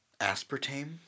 Aspartame